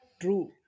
True